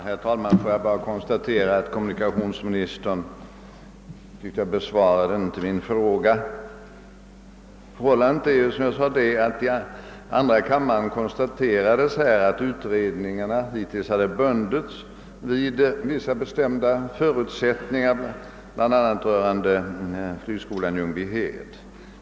Herr talman! Jag vill bara konstatera att kommunikationsministern inte har besvarat min fråga. Förhållandet är ju det, som jag förut sagt, att det här i andra kammaren konstaterades, att utredningarna hittills hade bundits vid vissa bestämda förutsättningar, bl.a. i fråga om flygskolan i Ljungbyhed.